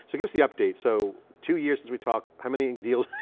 so give us the update. so two years since we talked, how many deals,